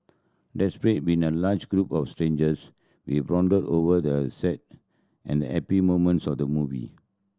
been a large group of strangers we bonded over the sad and happy moments of the movie